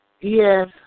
Yes